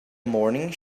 morning